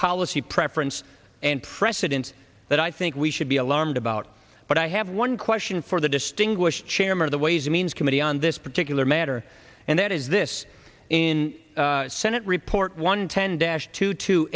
policy preference and precedents that i think we should be alarmed about but i have one question for the distinguished chairman of the ways and means committee on this particular matter and that is this in the senate report one ten dash two to